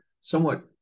somewhat